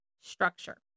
structure